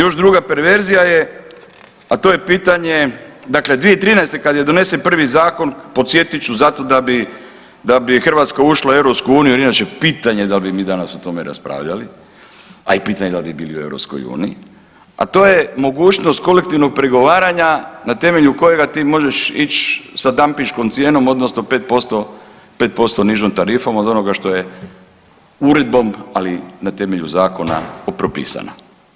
Još druga perverzija je, a to je pitanje dakle 2013. kada je donesen prvi zakon podsjetit ću zato da bi Hrvatska ušla u EU jer inače pitanje da li bi mi danas o tome raspravljali, a i pitanje da li bi bili u EU, a to je mogućnost kolektivnog pregovaranja na temelju kojega ti možeš ić sa dampinškom cijenom odnosno 5% nižom tarifom od onoga što je uredbom, ali na temelju zakona propisana.